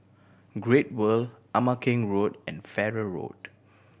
Great World Ama Keng Road and Farrer Road